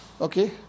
Okay